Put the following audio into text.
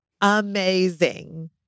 Amazing